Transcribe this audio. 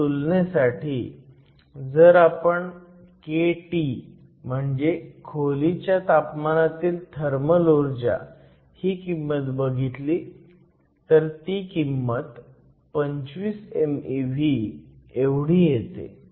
फक्त तुळनेसाठी जर आपण kT म्हणजेच खोलीच्या तापमानातील थर्मल ऊर्जा ही किंमत बघितली तर ती किंमत 25 mev एवढी येते